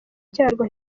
cyarwo